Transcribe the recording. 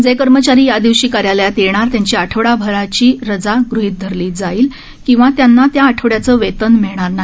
जे कर्मचारी या दिवशी कार्यालयात येणार त्यांची आठवडाभराची रजा गृहित धरली जाईल किंवा त्यांना त्या आठवड्याचे वेतन मिळणार नाही